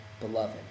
beloved